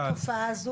התופעה הזאת,